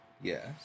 Yes